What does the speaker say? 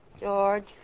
George